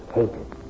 hated